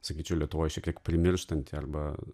sakyčiau lietuvoj šiek tiek primirštanti arba